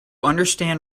understand